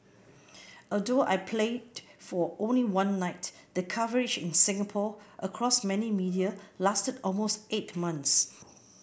although I played for only one night the coverage in Singapore across many media lasted almost eight months